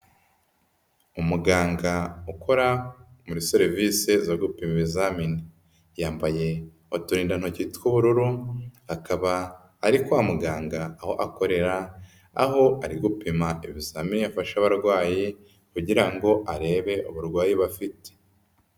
Umuganga ukora muri serivisi zo gupima ibizamini, yambaye uturindantoki tw'ubururu, akaba ari kwa muganga, aho akorera, aho ari gupima ibisamini yafasha abarwayi kugira ngo arebe uburwayi bafite.